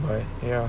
ah ya